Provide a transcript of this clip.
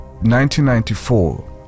1994